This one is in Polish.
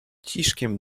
ciszkiem